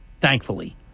thankfully